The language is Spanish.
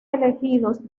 elegidos